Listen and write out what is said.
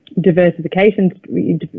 diversification